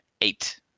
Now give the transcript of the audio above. eight